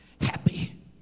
happy